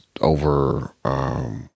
over